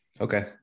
Okay